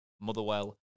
Motherwell